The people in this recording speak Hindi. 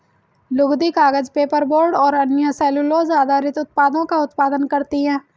लुगदी, कागज, पेपरबोर्ड और अन्य सेलूलोज़ आधारित उत्पादों का उत्पादन करती हैं